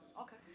okay